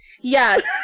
Yes